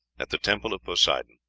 at the temple of poseidon,